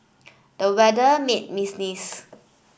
the weather made me sneeze